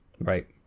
Right